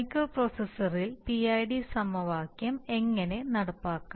മൈക്രോപ്രൊസസ്സറിൽ PID സമവാക്യം എങ്ങനെ നടപ്പാക്കും